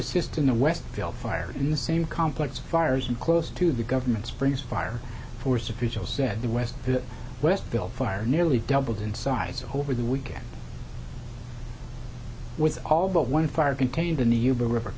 assist in the west deal fire in the same complex fires and close to the government springs fire force officials said the west the west built fire nearly doubled in size over the weekend with all but one fire contained in the